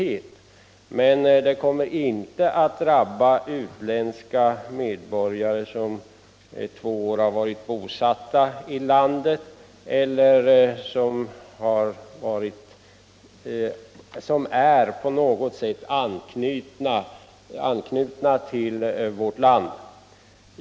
Men detta kommer inte att drabba utländska medborgare som varit bosatta i landet två år, eller som på något sätt är knutna till vårt land.